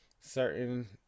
certain